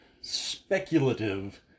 speculative